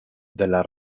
della